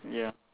ya